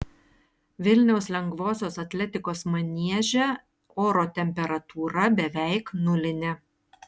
vilniaus lengvosios atletikos manieže oro temperatūra beveik nulinė